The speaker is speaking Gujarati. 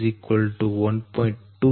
2 cm 0